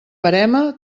verema